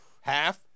Half